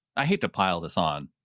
i hate to pile this on.